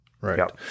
Right